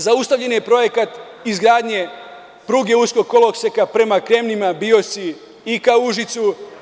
Zaustavljen je projekat izgradnje pruge uskog koloseka prema Kremnima, Biosi i ka Užicu.